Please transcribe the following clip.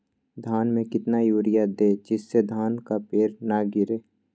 धान में कितना यूरिया दे जिससे धान का पेड़ ना गिरे?